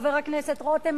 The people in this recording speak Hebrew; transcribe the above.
חבר הכנסת רותם,